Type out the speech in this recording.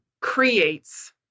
creates